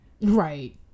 right